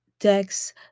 decks